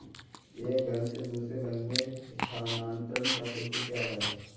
एक बैंक से दूसरे बैंक में स्थानांतरण का शुल्क क्या है?